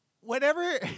whenever